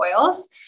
oils